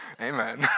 Amen